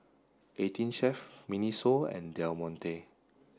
eighteen Chef Miniso and Del Monte